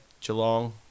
Geelong